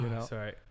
Sorry